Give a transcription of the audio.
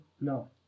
No